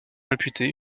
réputé